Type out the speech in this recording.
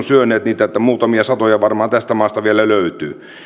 syöneet niitä niin että muutamia satoja varmaan tästä maasta vielä löytyy